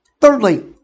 Thirdly